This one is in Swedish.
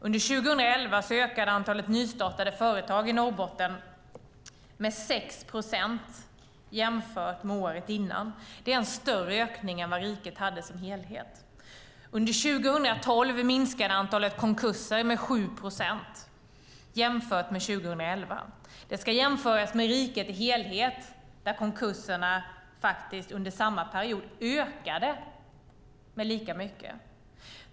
Under 2011 ökade antalet nystartade företag i Norrbotten med 6 procent jämfört med året innan. Det är en större ökning än vad riket hade som helhet. Under 2012 minskade antalet konkurser med 7 procent jämfört med 2011. Det ska jämföras med riket i helhet där konkurserna under samma period ökade lika mycket.